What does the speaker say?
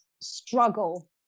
struggle